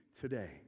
today